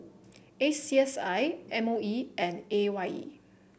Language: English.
A C S I M O E and A Y E